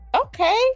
Okay